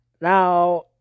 Now